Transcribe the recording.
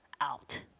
out